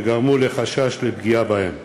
שגרמו לחשש לפגיעה בהם.